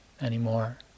anymore